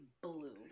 Blue